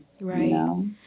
right